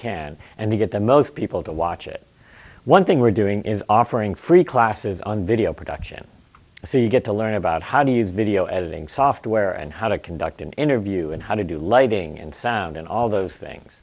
can and get the most people to watch it one thing we're doing is offering free classes on video production so you get to learn about how do you video editing software and how to conduct an interview and how to do lighting and sound and all those things